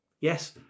Yes